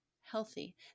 healthy